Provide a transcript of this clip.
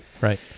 right